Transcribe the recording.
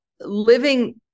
living